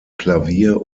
klavier